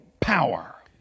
power